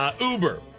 Uber